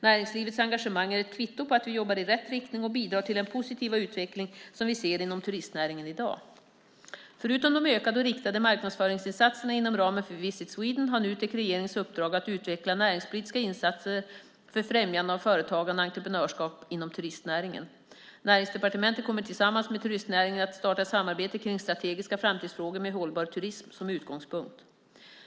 Näringslivets engagemang är ett kvitto på att vi jobbar i rätt riktning och bidrar till den positiva utveckling som vi ser inom turistnäringen i dag. Förutom de ökade och riktade marknadsföringsinsatserna inom ramen för Visit Sweden har Nutek regeringens uppdrag att utveckla näringspolitiska insatser för främjande av företagande och entreprenörskap inom turistnäringen. Näringsdepartementet kommer tillsammans med turistnäringen att starta ett samarbete kring strategiska framtidsfrågor med hållbar turism som utgångspunkt.